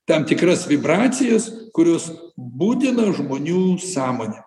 tam tikras vibracijas kurios budina žmonių sąmonę